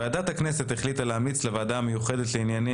ועדת הכנסת החליטה להמליץ לוועדה המיוחדת לענייני